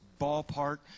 ballpark